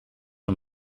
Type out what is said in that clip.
een